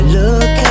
look